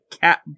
cat